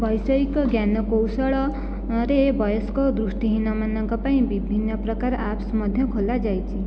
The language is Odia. ବୈଷୟିକ ଜ୍ଞାନ କୌଶଳରେ ବୟସ୍କ ଦୃଷ୍ଟିହୀନମାନଙ୍କ ପାଇଁ ବିଭିନ୍ନ ପ୍ରକାର ଆପ୍ସ୍ ମଧ୍ୟ ଖୋଲା ଯାଇଛି